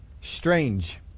strange